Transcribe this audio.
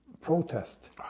protest